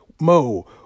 Mo